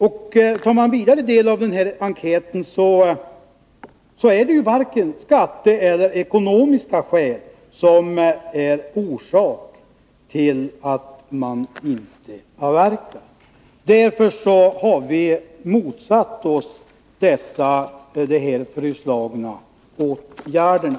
Tar vi ytterligare del av enkäten, finner vi att det inte är av vare sig skatteskäl eller ekonomiska skäl som man inte avverkar. Därför har vi motsatt oss de föreslagna åtgärderna.